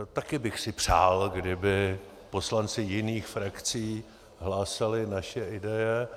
Také bych si přál, kdyby poslanci jiných frakcí hlásali naše ideje.